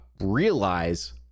realize